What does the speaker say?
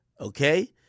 Okay